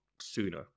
sooner